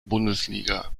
bundesliga